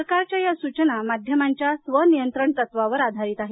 सरकारच्या या सूचना माध्यमांच्या स्वनियंत्रण तत्त्वावर आधारित आहेत